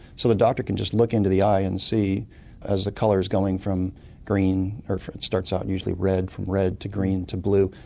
so the doctor can just look into the eye and see as the colour is going from green. ah it starts out and usually red, from red to green to blue.